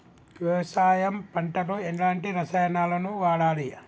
వ్యవసాయం పంట లో ఎలాంటి రసాయనాలను వాడాలి?